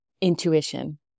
intuition